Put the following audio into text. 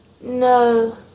No